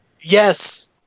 Yes